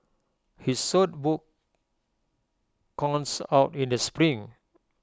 his saute book comes out in the spring